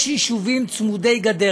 יש יישובים צמודי גדר.